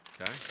okay